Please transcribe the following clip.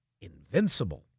Invincible